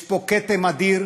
יש פה כתם אדי,